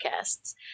podcasts